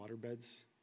waterbeds